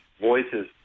voices